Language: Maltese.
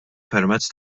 permezz